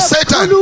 Satan